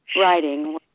writing